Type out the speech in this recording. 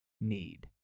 need